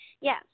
Yes